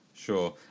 Sure